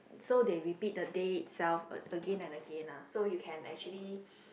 so they repeat the day itself a again and again ah so you can actually